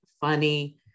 funny